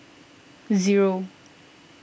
zero